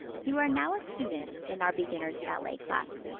you are now a student in our beginner's ballet class.